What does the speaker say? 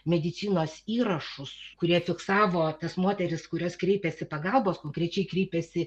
medicinos įrašus kurie fiksavo tas moteris kurios kreipėsi pagalbos konkrečiai kreipėsi